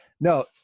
No